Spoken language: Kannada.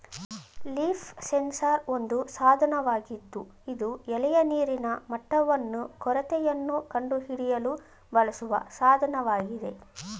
ಲೀಫ್ ಸೆನ್ಸಾರ್ ಒಂದು ಸಾಧನವಾಗಿದ್ದು ಇದು ಎಲೆಯ ನೀರಿನ ಮಟ್ಟವನ್ನು ಕೊರತೆಯನ್ನು ಕಂಡುಹಿಡಿಯಲು ಬಳಸುವ ಸಾಧನವಾಗಿದೆ